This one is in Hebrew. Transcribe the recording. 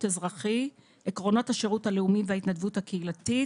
אזרחי (עקרונות השירות הלאומי וההתנדבות הקהילתית)